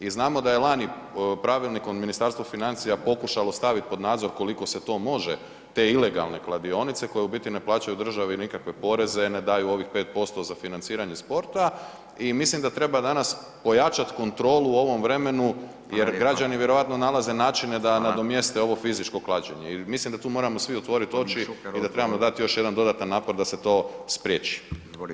I znamo da je lani Pravilnikom Ministarstvo financija pokušalo staviti pod nadzor koliko se to može, te ilegalne kladionice koje u biti ne plaćaju državi nikakve poreze, ne daju ovih 5% za financiranje sporta i mislim da treba danas pojačati kontrolu u ovom vremenu [[Upadica: Hvala lijepo.]] jer građani vjerojatno nalaze načine [[Upadica: Hvala.]] da nadomjeste ovo fizičko klađenje i mislim da tu moramo svi otvoriti ... [[Upadica se ne čuje.]] oči i da trebamo dati još jedan dodatan napor da se to spriječi.